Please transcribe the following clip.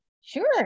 Sure